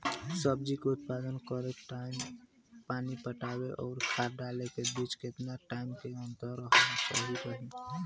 सब्जी के उत्पादन करे टाइम पानी पटावे आउर खाद डाले के बीच केतना टाइम के अंतर रखल सही रही?